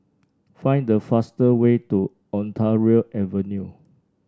find the fastest way to Ontario Avenue